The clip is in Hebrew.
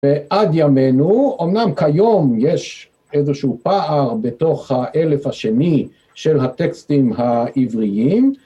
ועד ימינו, אמנם כיום יש איזשהו פער בתוך האלף השני של הטקסטים העבריים